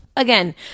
Again